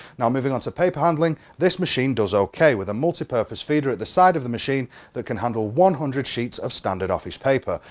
and moving on to paper handling, this machine does ok, with a multipurpose feeder at the side of the machine that can handle one hundred sheets of standard office paper,